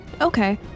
okay